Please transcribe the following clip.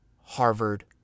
Harvard